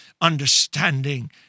understanding